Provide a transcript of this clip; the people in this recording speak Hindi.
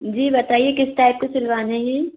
जी बताइए किस टाइप के सिलवाने हैं